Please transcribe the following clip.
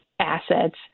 assets